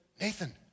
Nathan